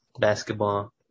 basketball